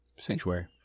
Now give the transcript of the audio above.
Sanctuary